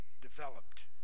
developed